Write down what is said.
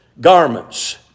garments